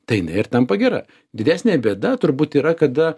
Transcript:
tai jinai ir tampa gera didesnė bėda turbūt yra kada